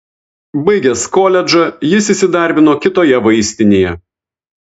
baigęs koledžą jis įsidarbino kitoje vaistinėje